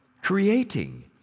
creating